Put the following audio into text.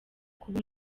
kuba